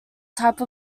type